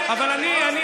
אז למה לא הצבעת,